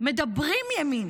מדברים ימין,